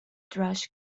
thrush